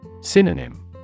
Synonym